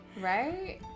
Right